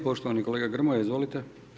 Poštovani kolega Grmoja, izvolite.